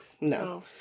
No